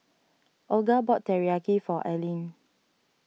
Olga bought Teriyaki for Alline